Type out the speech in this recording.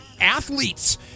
athletes